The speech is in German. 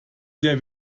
sehr